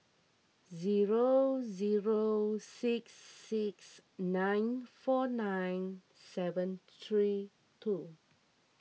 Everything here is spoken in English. zero zero six six nine four nine seven three two